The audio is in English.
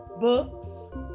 books